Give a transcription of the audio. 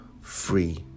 free